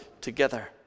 together